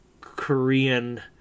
korean